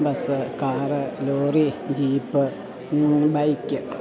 bus car lorry jeep bike